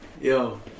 Yo